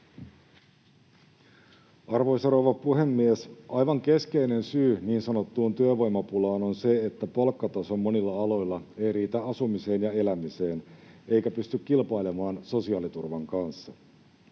Arvoisa rouva puhemies! Aivan keskeinen syy niin sanottuun työvoimapulaan on se, että palkkataso monilla aloilla ei riitä asumiseen ja elämiseen eikä pysty kilpailemaan sosiaaliturvan kanssa.